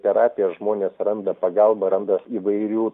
terapija žmonės randa pagalbą randa įvairių